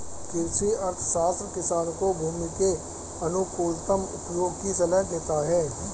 कृषि अर्थशास्त्र किसान को भूमि के अनुकूलतम उपयोग की सलाह देता है